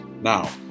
Now